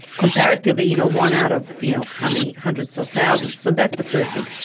comparatively, you know, one out of you know of how many hundreds of thousands, so that's the first thing.